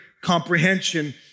comprehension